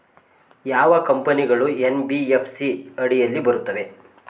ಯಾವ ಕಂಪನಿಗಳು ಎನ್.ಬಿ.ಎಫ್.ಸಿ ಅಡಿಯಲ್ಲಿ ಬರುತ್ತವೆ?